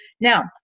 now